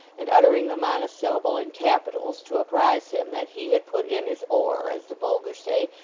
and uttering the monosyllable in capitals, to apprise him that he had put in his oar, as the vulgar say,